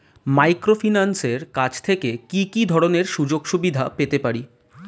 মাইক্রোফিন্যান্সের কাছ থেকে কি কি ধরনের সুযোগসুবিধা পেতে পারি?